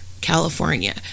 California